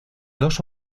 dos